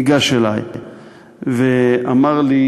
ניגש אלי ואמר לי: